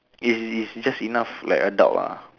is is just enough like adult ah